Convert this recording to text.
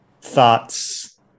thoughts